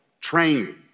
training